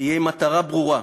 יהיה עם מטרה ברורה,